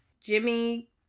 Jimmy